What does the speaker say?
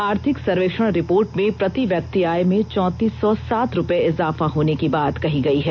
आर्थिक सर्वेक्षण रिपोर्ट में प्रति व्यक्ति आय में चौंतीस सौ सात रुपये इजाफा होने की बात कही गयी है